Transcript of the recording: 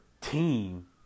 team